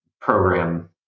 program